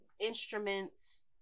instruments